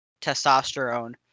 testosterone